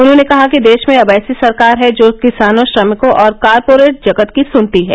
उन्होने कहा कि देश में अब ऐसी सरकार है जो किसानों श्रमिकों और कॉरपोरेट जगत की सुनती है